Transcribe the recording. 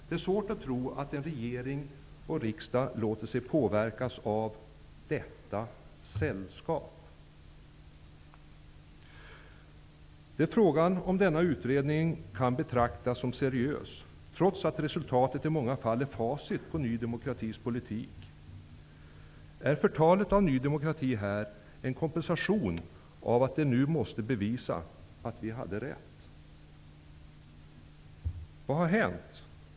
Det är svårt att tro att regering och riksdag låter sig påverkas av detta sällskap. Frågan är om denna utredning kan betraktas som seriös, trots att resultatet av den i många fall är facit på Ny demokratis politik. Är förtalet av Ny demokrati här en kompensation för att det nu är bevisat att vårt parti har rätt? Vad har hänt?